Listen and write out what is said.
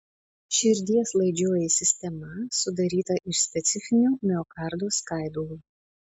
širdies laidžioji sistema sudaryta iš specifinių miokardo skaidulų